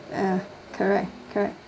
ya correct correct